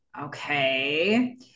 Okay